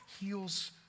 heals